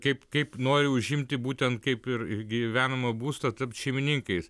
kaip kaip nori užimti būtent kaip ir gyvenamą būstą tapt šeimininkais